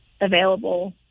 available